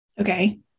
okay